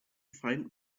find